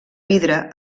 vidre